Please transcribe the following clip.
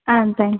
ஆ thank you